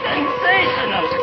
Sensational